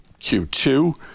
Q2